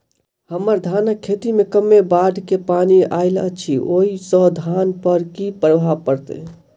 हम्मर धानक खेत मे कमे बाढ़ केँ पानि आइल अछि, ओय सँ धान पर की प्रभाव पड़तै?